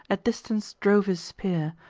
at distance drove his spear,